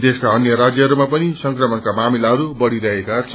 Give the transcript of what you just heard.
देशका अन्य राज्यहरूमा पनि संक्रमणका मामिलाहरू बढ़िरहेका छन्